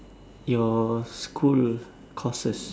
your school courses